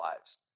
lives